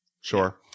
Sure